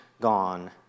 gone